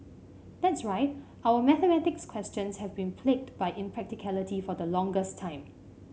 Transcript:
that's right our mathematics questions have been plagued by impracticality for the longest time